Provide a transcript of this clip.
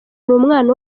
n’umwana